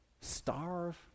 starve